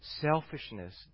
selfishness